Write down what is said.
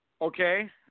Okay